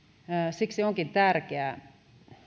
siksi onkin tärkeää